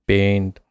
Paint